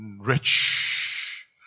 Rich